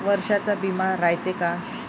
वर्षाचा बिमा रायते का?